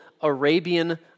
Arabian